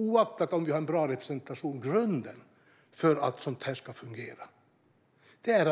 Oavsett om vi har en bra representation är grunden för att detta ska fungera